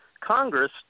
Congress